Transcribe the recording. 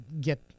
get